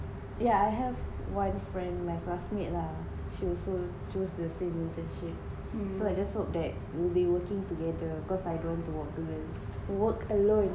yeah I have one friend my classmate lah she also choose the same internship so I just hope that we'll be working together cause I don't want to work alone work alone